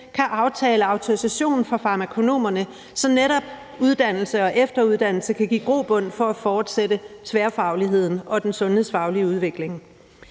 en aftale om autorisation for farmakonomer, så netop uddannelse og efteruddannelse kan give grobund for at fortsætte tværfagligheden og den sundhedsfaglige udvikling.